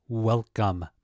Welcome